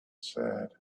said